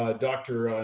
ah dr.